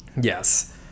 Yes